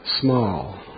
small